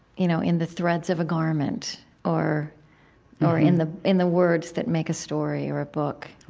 you know, in the threads of a garment, or or in the in the words that make a story, or a book.